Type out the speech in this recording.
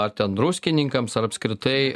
ar ten druskininkams ar apskritai